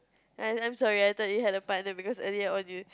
I'm I'm sorry I thought you had a partner because earlier on you